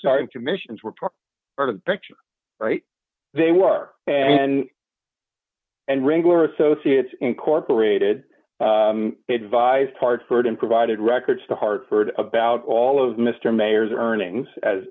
starting to missions were part of the picture right they were and and wrangler associates incorporated advised hartford and provided records to hartford about all of mr mayor's earnings as